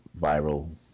viral